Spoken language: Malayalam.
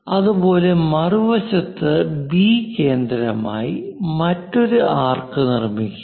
അതുപോലെ മറുവശത്ത് ബി കേന്ദ്രമായി മറ്റൊരു ആർക്ക് നിർമ്മിക്കുക